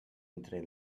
entre